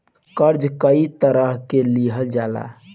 कर्जा कई तरह से लेहल जाला